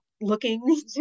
looking